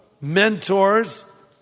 mentors